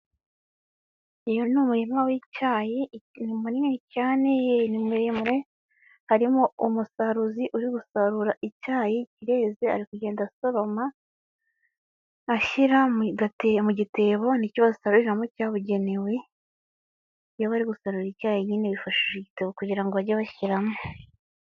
Iyo ni umurima w'icyayi ni munini cyane ni muremure harimo umusaruzi uri gusarura icyayi ireze ari kugenda asoroma ashyira mu gitebo nicyo basaruriramo cyabugenewe iyo bari gusarura icyayi nyine bifashisha igitebo kugirango bage bashyiramo.